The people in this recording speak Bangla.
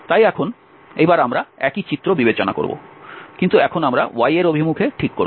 তাই এখন এইবার আমরা একই চিত্র বিবেচনা করব কিন্তু এখন আমরা y এর অভিমুখে ঠিক করব